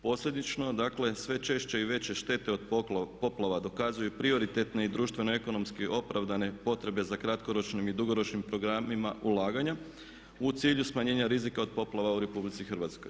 Posljedično, dakle sve češće i veće štete od poplava dokazuju prioritetne i društveno ekonomski opravdane potrebe za kratkoročnim i dugoročnim programima ulaganja u cilju smanjenja rizika od poplava u RH.